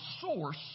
source